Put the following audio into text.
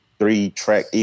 three-track